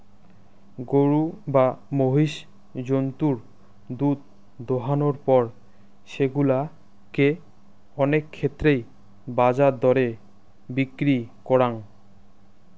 গরু বা মহিষ জন্তুর দুধ দোহানোর পর সেগুলা কে অনেক ক্ষেত্রেই বাজার দরে বিক্রি করাং